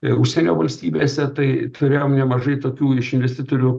ir užsienio valstybėse tai turėjom nemažai tokių iš investotorių